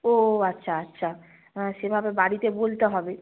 ও আচ্ছা আচ্ছা সেভাবে বাড়িতে বলতে হবে